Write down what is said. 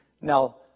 Now